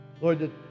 Lord